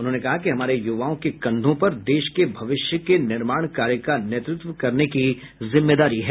उन्होंने कहा कि हमारे युवाओं के कंधों पर देश के भविष्य के निर्माण कार्य का नेतृत्व करने की जिम्मेदारी है